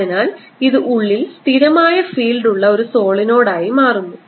അതിനാൽ ഇത് ഉള്ളിൽ സ്ഥിരമായ ഫീൽഡ് ഉള്ള ഒരു സോളിനോയിഡ് ആയി മാറുന്നു